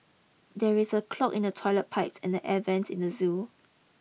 there is a clog in the toilet pipe and the air vents at the zoo